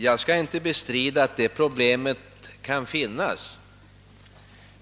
Jag skall inte bestrida att det är ett problem.